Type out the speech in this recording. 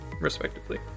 respectively